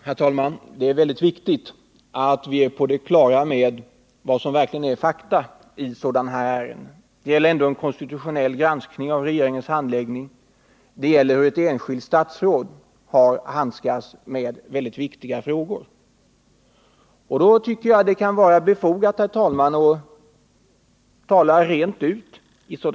Herr talman! Det är väldigt viktigt att vi är på det klara med vad som verkligen är fakta i sådana här ärenden. Det gäller ändå en konstitutionell granskning av regeringens handläggning. Det gäller hur ett enskilt statsråd har handskats med väldigt viktiga frågor. Då tycker jag att det kan vara befogat att tala rent ut.